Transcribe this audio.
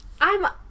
I'm-